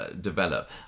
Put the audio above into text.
develop